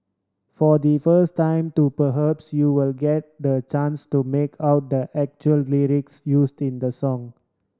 for the first time too perhaps you will get the chance to make out the actual lyrics used in the song